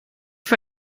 für